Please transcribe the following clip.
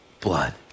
blood